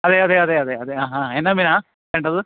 അതേ അതേ അതേ അതേ ആ ഹാ എന്നാ മീന വേണ്ടത്